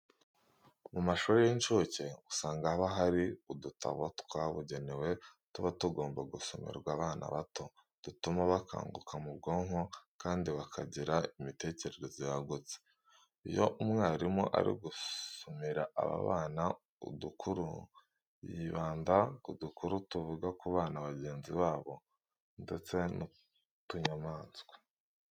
Mu mashuri y'incuke usanga haba hari udutabo twabugenewe tuba tugomba gusomerwa abana bato dutuma bakanguka mu bwonko kandi bakagira imitekerereze yagutse. Iyo umwarimu ari gusomera aba bana udukuru, yibanda ku dukuru tuvuga ku bana bagenzi babo ndetse n'utunyamaswa.